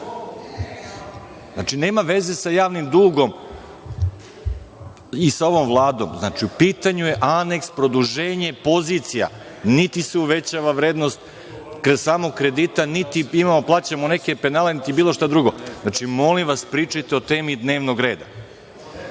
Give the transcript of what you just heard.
Znači, nema veze sa javnim dugom i sa ovom Vladom. Znači, u pitanju je aneks, produženje pozicija. Niti se uvećava vrednost samog kredita, niti imamo da plaćamo neke penale, niti bilo šta drugo. Molim vas, pričajte o temi dnevnog reda.